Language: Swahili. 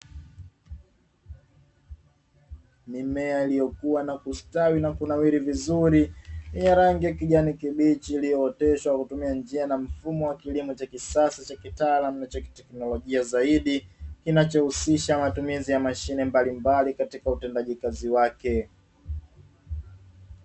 Mimea iliyokuwa na kustawi na kunawiri vizuri, yenye rangi ya kijani kibichi iliyooteshwa kwa kutumia njia na mfumo wa kilimo cha kisasa cha kitaalamu na cha kiteknolojia zaidi, kinachohusisha matumizi ya mashine mbalimbali katika utendaji kazi wake.